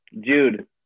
Jude